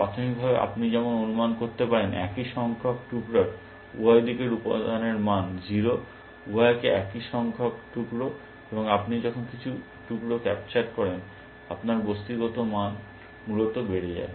প্রাথমিকভাবে আপনি যেমন অনুমান করতে পারেন একই সংখ্যক টুকরার উভয় দিকের উপাদানের মান 0 উভয়ই একই সংখ্যক টুকরা কিন্তু আপনি যখন কিছু টুকরো ক্যাপচার করেন আপনার বস্তুগত মান মূলত বেড়ে যায়